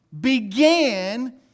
began